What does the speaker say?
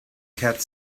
cat